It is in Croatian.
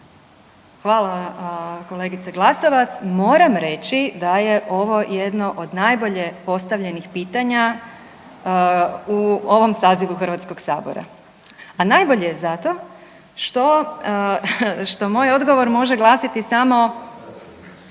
vam kolegice Glasovac. Moram reći da je ovo jedno od najbolje postavljenih pitanja u ovom sazivu HS-a, a najbolje je zato što moj odgovor može glasiti samo,